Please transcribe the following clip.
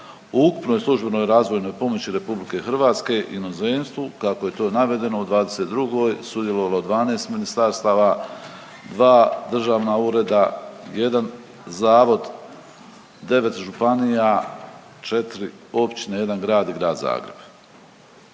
ukupnoj službenoj razvojnoj pomoći RH inozemstvu kako je to navedeno u '22. sudjelovalo 12 ministarstava, 2 državna ureda, 1 zavod, 9 županija, 4 općine, 1 grad i grad Zagreb.